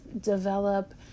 develop